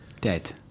Dead